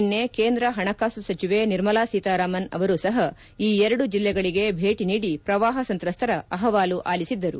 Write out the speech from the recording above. ನಿನ್ನೆ ಕೇಂದ್ರ ಪಣಕಾಸು ಸಚಿವೆ ನಿರ್ಮಲಾ ಸೀತಾರಾಮನ್ ಅವರು ಸಪ ಈ ಎರಡು ಜಿಲ್ಲೆಗಳಿಗೆ ಭೇಟಿ ನೀಡಿ ಪ್ರವಾಪ ಸಂತ್ರಸ್ತರ ಅಹವಾಲು ಅಲಿಸಿದ್ದರು